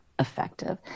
Effective